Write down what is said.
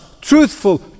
truthful